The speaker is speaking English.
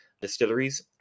distilleries